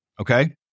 Okay